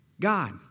God